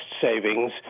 savings